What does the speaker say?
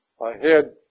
ahead